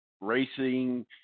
racing